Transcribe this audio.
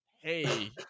hey